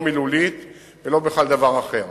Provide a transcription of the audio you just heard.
לא מילולית ולא בכל דבר אחר.